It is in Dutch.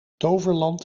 toverland